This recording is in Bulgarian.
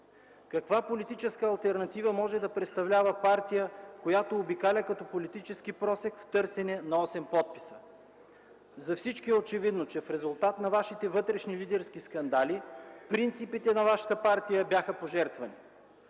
Каква политическа алтернатива може да представлява партия, която обикаля като политически просяк в търсене на осем подписа?! За всички е очевидно, че в резултат на Вашите вътрешни лидерски скандали принципите на Вашата партия бяха пожертвани.